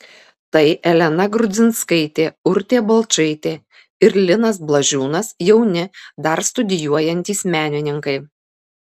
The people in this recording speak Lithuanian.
tai elena grudzinskaitė urtė balčaitė ir linas blažiūnas jauni dar studijuojantys menininkai